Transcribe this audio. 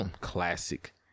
Classic